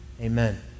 Amen